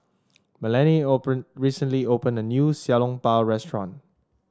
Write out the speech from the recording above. Melany recently opened a new Xiao Long Bao restaurant